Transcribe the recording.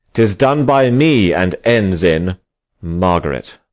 tis done by me, and ends in margaret.